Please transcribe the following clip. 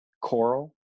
coral